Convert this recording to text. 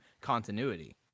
continuity